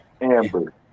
amber